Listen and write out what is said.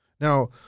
Now